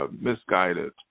misguided